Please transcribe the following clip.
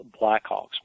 Blackhawks